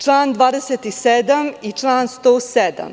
Član 27. i član 107.